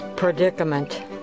predicament